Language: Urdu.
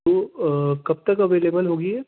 وہ کب تک اویلیبل ہوگی یہ